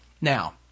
Now